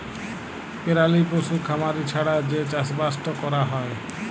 পেরালি পশু খামারি ছাড়া যে চাষবাসট ক্যরা হ্যয়